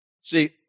See